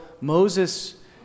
Moses